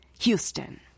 Houston